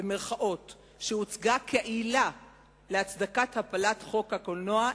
שהוצגה כעילה להצדקת הפלת חוק הקולנוע,